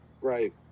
Right